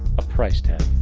a price tag.